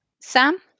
Sam